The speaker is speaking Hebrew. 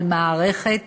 על מערכת